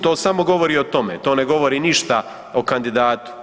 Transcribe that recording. To samo govori o tome, to ne govori ništa o kandidatu.